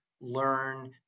learn